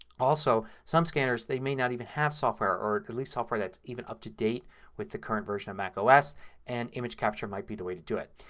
also some scanners they may not even have software or at least software that's even up to date with the current version of mac ah os and image capture might be the way to do it.